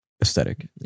aesthetic